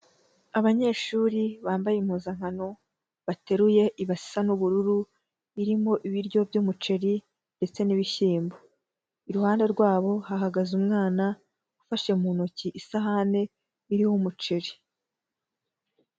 Abanyeshuri bambaye impuzankano, bateruye ibasi isa n'ubururu irimo ibiryo by'umuceri ndetse n'ibishyimbo, iruhande rwabo hahagaze umwana ufashe mu ntoki isahane iriho umuceri.